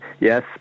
yes